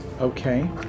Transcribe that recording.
Okay